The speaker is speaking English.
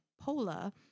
Pola